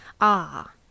Ah